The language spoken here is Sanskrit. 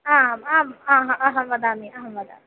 आम् आम् आह अहं वदामि अहं वदामि